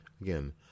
Again